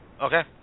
Okay